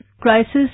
Crisis